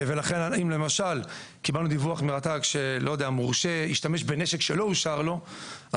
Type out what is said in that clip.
אם למשל קיבלנו דיווח מרט"ג שמורשה השתמש בנשק שלא אושר לו,